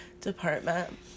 department